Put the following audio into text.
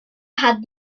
had